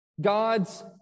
God's